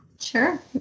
sure